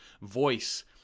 voice